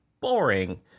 boring